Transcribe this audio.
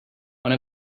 one